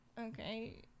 okay